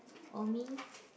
oh me